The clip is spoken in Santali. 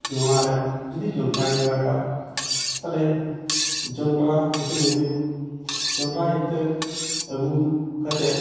ᱱᱚᱣᱟᱨᱮ ᱡᱩᱫᱤ ᱡᱚᱸᱰᱨᱟᱧ ᱞᱟᱜᱟᱣ ᱠᱷᱟᱱ ᱛᱟᱦᱞᱮᱧ ᱡᱚᱸᱰᱨᱟ ᱤᱛᱟᱹᱧ ᱟᱹᱜᱩᱭᱟ ᱡᱚᱸᱰᱨᱟ ᱤᱛᱟᱹ ᱟᱹᱜᱩ ᱠᱟᱛᱮᱫ